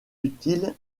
utile